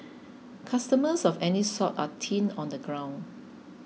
customers of any sort are thin on the ground